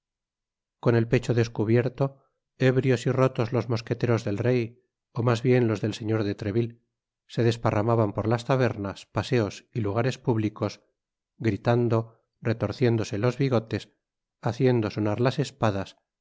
con el pecho descubierto óbrios y rotos los mosqueteros del rey ó mas bien los det señor de treville se desparramaban por las tabernas paseos y lugares públicos gritando retorciéndose los bigotes haciendo sonar las espadas